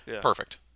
perfect